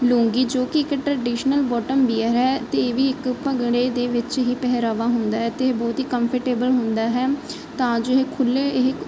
ਲੂੰਗੀ ਜੋ ਕਿ ਇੱਕ ਟ੍ਰਡੀਸ਼ਨਲ ਬੋਟਮ ਵੀਅਰ ਹੈ ਅਤੇ ਇਹ ਵੀ ਇੱਕ ਭੰਗੜੇ ਦੇ ਵਿੱਚ ਹੀ ਪਹਿਰਾਵਾ ਹੁੰਦਾ ਹੈ ਅਤੇ ਇਹ ਬਹੁਤ ਹੀ ਕੰਫਰਟੇਬਲ ਹੁੰਦਾ ਹੈ ਤਾਂ ਜੋ ਇਹ ਖੁੱਲ੍ਹੇ ਇਹ